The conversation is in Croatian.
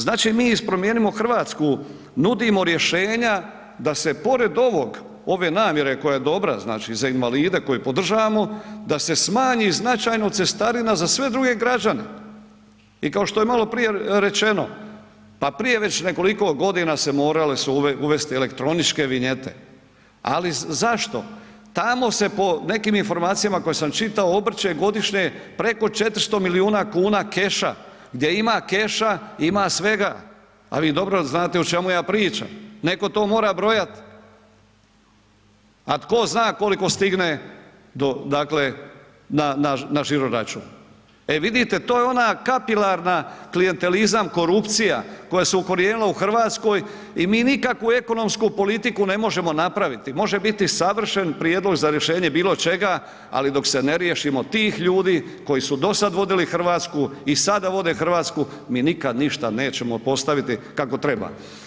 Znači mi iz Promijenimo Hrvatsku nudimo rješenja da se pored ovog, ove namjere koja je dobra, znači za invalide koje podržavamo, da se smanji značajno cestarina za sve druge građane i kao što je maloprije rečeno, pa prije već nekoliko godina se morale se uvesti elektroničke vinjete, ali zašto, tamo se po nekim informacijama koje sam čitao obrće godišnje preko 400 milijuna kuna keša, gdje ima keša ima svega, ali vi dobro znate o čemu ja pričam, neko to mora brojat, a tko zna koliko stigne do dakle, na, na, na žiro račun, e vidite to je ona kapilarna klijantelizam, korupcija koja se ukorijenila u RH i mi nikakvu ekonomsku politiku ne možemo napraviti, može biti savršen prijedlog za rješenje bilo čega, ali dok se ne riješimo tih ljudi koji su do sad vodili RH i sada vode RH, mi nikad ništa nećemo postaviti kako treba.